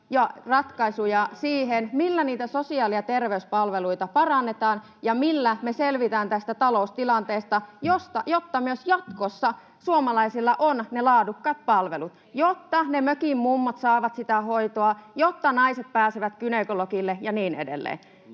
ja ratkaisuja siihen, millä niitä sosiaali- ja terveyspalveluita parannetaan ja millä me selvitään tästä taloustilanteesta, jotta myös jatkossa suomalaisilla on ne laadukkaat palvelut, jotta ne mökinmummot saavat hoitoa, jotta naiset pääsevät gynekologille, ja niin edelleen.